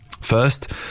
First